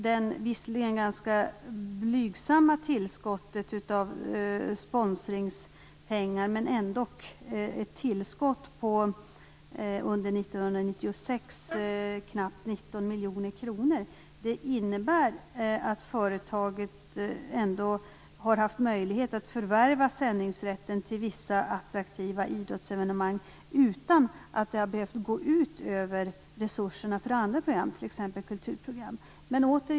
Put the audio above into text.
Det ganska blygsamma tillskottet av sponsringspengar på knappt 19 miljoner kronor under 1996 innebär att företaget har haft möjlighet att förvärva sändningsrätten till vissa attraktiva idrottsevenemang utan att det behövt gå ut över resurserna till andra program, t.ex. kulturprogram.